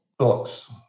books